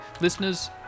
Listeners